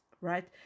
right